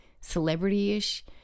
celebrity-ish